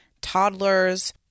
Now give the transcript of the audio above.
toddlers